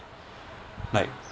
like